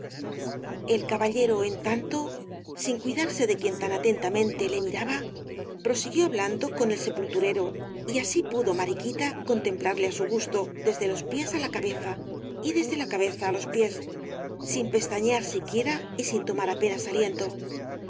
el caballero en tanto sin cuidarse de quien tan atentamente le miraba prosiguió hablando con el sepulturero y así pudo mariquita contemplarle á su gusto desde los pies á la cabeza y desde la cabeza á los pies sin pestañear siquiera y sin tomar apenas aliento